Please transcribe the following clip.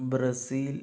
Brazil